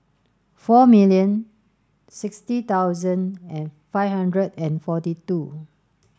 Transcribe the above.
four million sixty thousand and five hundred and forty two